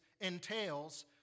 entails